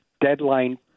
deadline